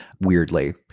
weirdly